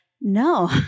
no